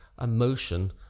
emotion